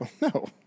No